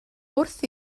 wrth